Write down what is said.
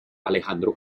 alejandro